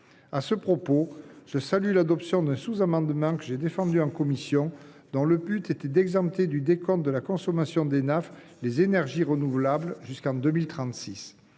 À ce propos, je salue l’adoption d’un sous amendement que j’ai défendu en commission et dont le but est d’exempter du décompte de la consommation d’Enaf les énergies renouvelables jusqu’en 2036.